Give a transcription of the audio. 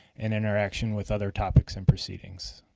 and interaction with other topics and proceedings.